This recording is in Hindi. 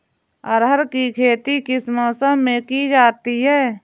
अरहर की खेती किस मौसम में की जाती है?